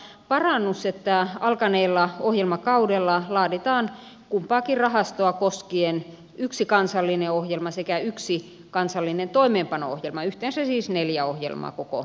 on huomattava parannus että alkaneella ohjelmakaudella laaditaan kumpaakin rahastoa koskien yksi kansallinen ohjelma sekä yksi kansallinen toimeenpano ohjelma yhteensä siis neljä ohjelmaa koko kaudella